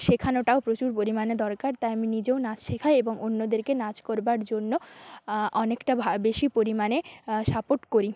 শেখানোটাও প্রচুর পরিমাণে দরকার তাই আমি নিজেও নাচ শেখাই এবং অন্যদেরকে নাচ করবার জন্য অনেকটা বেশি পরিমাণে সাপোর্ট করি